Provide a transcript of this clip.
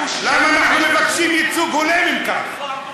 למה אנחנו מבקשים ייצוג הולם, אם כך?